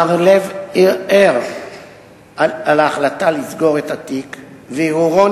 מר לב ערער על ההחלטה לסגור את התיק וערעורו